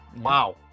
Wow